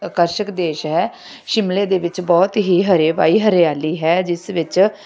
ਆਕਰਸ਼ਕ ਦੇਸ਼ ਹੈ ਸ਼ਿਮਲੇ ਦੇ ਵਿੱਚ ਬਹੁਤ ਹੀ ਹਰੇ ਬਈ ਹਰਿਆਲੀ ਹੈ ਜਿਸ ਵਿੱਚ